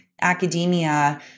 academia